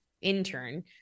intern